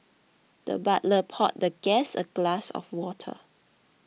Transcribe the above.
the butler poured the guest a glass of water